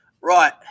right